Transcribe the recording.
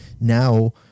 Now